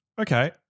okay